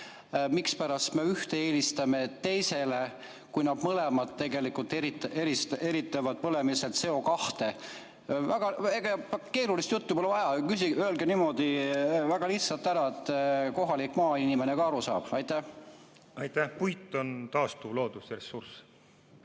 Mispärast me ühte eelistame teisele, kui nad mõlemad tegelikult eritavad põlemisel CO2? Väga keerulist juttu pole vaja, öelge niimoodi väga lihtsalt ära, et kohalik maainimene ka aru saab. Aitäh! Puit on taastuv loodusressurss